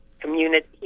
community